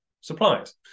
supplies